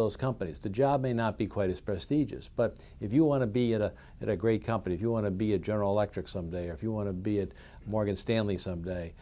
those companies the job may not be quite as prestige is but if you want to be a great company if you want to be a general electric someday or if you want to be at morgan stanley some day